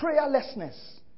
prayerlessness